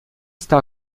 está